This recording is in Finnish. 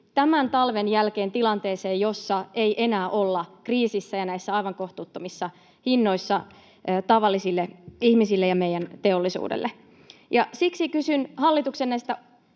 tämän talven ja sen jälkeen tilanteeseen, jossa ei enää olla kriisissä ja näissä aivan kohtuuttomissa hinnoissa tavallisille ihmisille ja meidän teollisuudelle. Siksi kysyn näistä